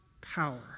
power